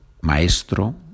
Maestro